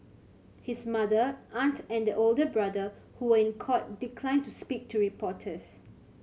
his mother aunt and older brother who were in court declined to speak to reporters